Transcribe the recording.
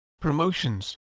promotions